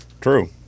True